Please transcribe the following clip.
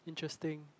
interesting